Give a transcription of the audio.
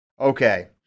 Okay